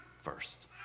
first